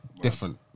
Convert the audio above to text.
different